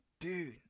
dude